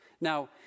Now